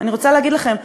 אני רוצה להגיד לכם,